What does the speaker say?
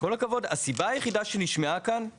עם כל הכבוד, הסיבה היחידה שנשמעה כאן היא